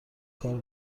کار